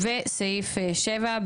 בסעיף 7,